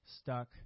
stuck